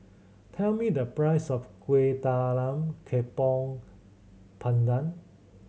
tell me the price of Kueh Talam Tepong Pandan